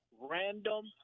Random